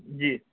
جی